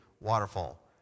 waterfall